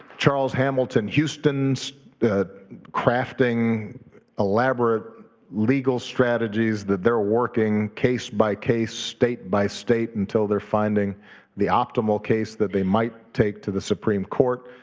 charles hamilton houston's crafting elaborate legal strategies that they're working case by case, state by state until they're finding the optimal case that they might take to the supreme court.